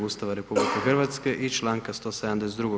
Ustava RH i Članka 172.